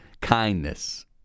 kindness